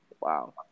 Wow